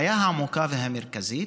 הבעיה העמוקה והמרכזית,